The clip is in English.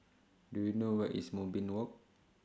Do YOU know Where IS Moonbeam Walk